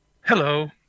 Hello